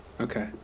Okay